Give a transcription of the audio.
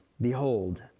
behold